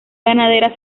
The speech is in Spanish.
ganadera